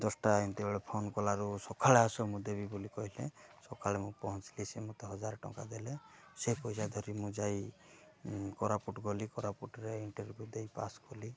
ଦଶଟା ଏମତିବେଳେ ଫୋନ୍ କଲାରୁ ସଖାଳେ ଆସ ମୁଁ ଦେବି ବୋଲି କହିଲେ ସଖାଳେ ମୁଁ ପହଞ୍ଚିଲି ସିଏ ମୋତେ ହଜାରେ ଟଙ୍କା ଦେଲେ ସେ ପଇସା ଧରି ମୁଁ ଯାଇ କୋରାପୁଟ ଗଲି କୋରାପୁଟରେ ଇଣ୍ଟର୍ଭ୍ୟୁ ଦେଇ ପାସ୍ କଲି